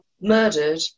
murdered